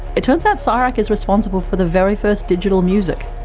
it turns out csirac is responsible for the very first digital music.